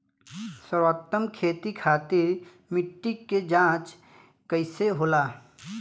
सर्वोत्तम खेती खातिर मिट्टी के जाँच कइसे होला?